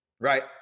right